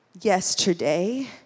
yesterday